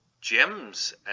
gems